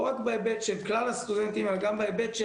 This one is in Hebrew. לא רק בהיבט של כלל הסטודנטים אלא גם בהיבט של